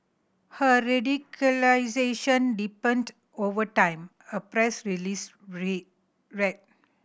her radicalisation deepened over time a press release read read